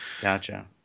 gotcha